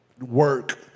work